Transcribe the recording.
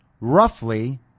roughly